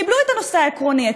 קיבלו את הנושא העקרוני.